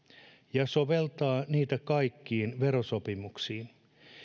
ja soveltaa niitä kaikkiin verosopimuksiin